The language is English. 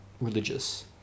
religious